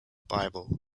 bible